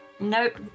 Nope